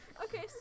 Okay